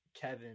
Kevin